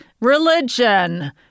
religion